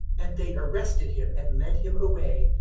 and they arrested him and led him away,